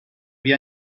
wie